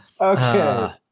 Okay